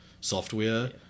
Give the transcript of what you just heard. software